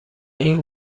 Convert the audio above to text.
این